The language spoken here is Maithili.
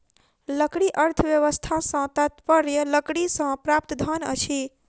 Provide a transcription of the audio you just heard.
लकड़ी अर्थव्यवस्था सॅ तात्पर्य लकड़ीसँ प्राप्त धन अछि